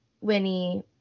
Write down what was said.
winnie